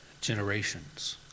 generations